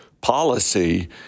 policy